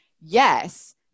yes